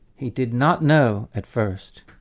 he did not know at first,